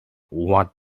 what